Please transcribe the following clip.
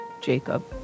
Jacob